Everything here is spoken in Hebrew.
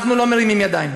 אנחנו לא מרימים ידיים.